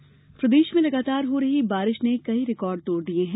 मौसम प्रदेश में लगातार हो रही बारिश ने कई रिकॉर्ड तोड़ दिये हैं